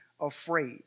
afraid